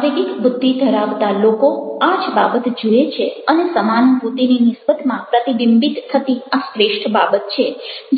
સાંવેગિક બુદ્ધિ ધરાવતા લોકો આ જ બાબત જુએ છે અને સમાનુભૂતિની નિસ્બતમાં પ્રતિબિંબિત થતી આ શ્રેષ્ઠ બાબત છે